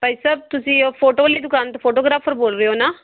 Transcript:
ਭਾਈ ਸਾਹਿਬ ਤੁਸੀਂ ਓ ਫੋਟੋ ਵਾਲੀ ਦੁਕਾਨ ਤੋਂ ਫੋਟੋਗ੍ਰਾਫਰ ਬੋਲ ਰਹੇ ਹੋ ਨਾ